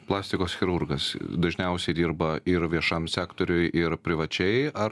plastikos chirurgas dažniausiai dirba ir viešam sektoriui ir privačiai ar